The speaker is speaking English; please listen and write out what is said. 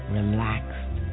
relaxed